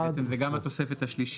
הצבעה אושרו בעצם זה גם התוספת השלישית